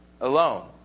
alone